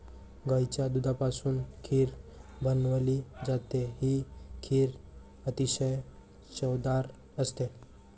गाईच्या दुधापासून खीर बनवली जाते, ही खीर अतिशय चवदार असते